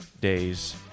days